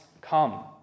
come